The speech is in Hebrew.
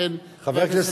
לכן חבר הכנסת ברוורמן,